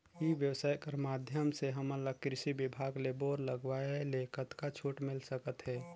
ई व्यवसाय कर माध्यम से हमन ला कृषि विभाग ले बोर लगवाए ले कतका छूट मिल सकत हे?